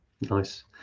nice